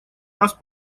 раз